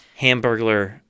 Hamburglar